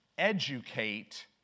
educate